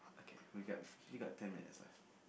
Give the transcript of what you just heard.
okay we got we got ten minutes left